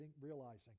realizing